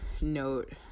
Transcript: note